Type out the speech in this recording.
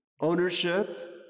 ownership